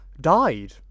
died